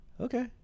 okay